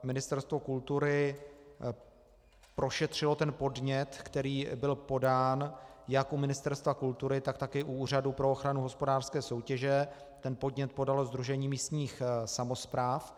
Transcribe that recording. Ministerstvo kultury prošetřilo ten podnět, který byl podán jak u Ministerstva kultury, tak taky u Úřadu pro ochranu hospodářské soutěže, podnět podalo Sdružení místních samospráv.